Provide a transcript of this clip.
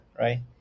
right